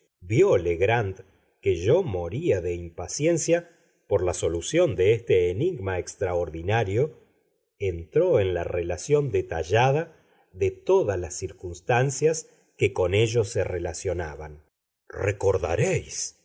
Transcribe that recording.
vió legrand que moría yo de impaciencia por la solución de este enigma extraordinario entró en la relación detallada de todas las circunstancias que con ello se relacionaban